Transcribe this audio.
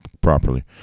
Properly